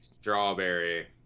strawberry